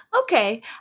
Okay